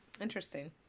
Interesting